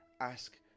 ask